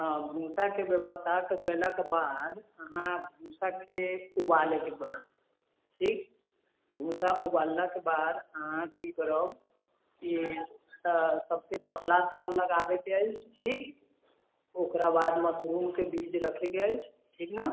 भूसा के व्यवस्था कयला के बाद अहाँ भूसा के ऊबालै के परत ठीक भूसा ऊबालला के बाद अहाँ की करब की तऽ सबसे पतला टब लगाबै के ठीक ओकराबाद मशरूम के बीज रखै के अछि ठीक न